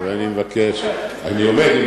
ואני מבקש, אתה עומד, רוני.